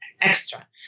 extra